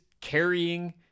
carrying